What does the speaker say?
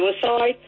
suicide